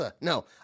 No